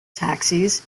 taxis